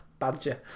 Badger